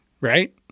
Right